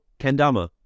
kendama